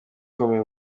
ukomeye